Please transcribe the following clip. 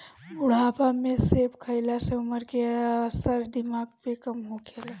बुढ़ापा में सेब खइला से उमर के असर दिमागी पे कम होखेला